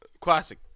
classic